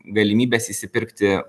galimybes išsipirkti